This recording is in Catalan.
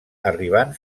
arribant